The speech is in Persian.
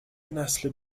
نسل